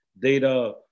data